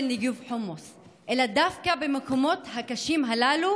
ניגוב חומוס אלא דווקא במקומות הקשים הללו